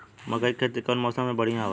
मकई के खेती कउन मौसम में बढ़िया होला?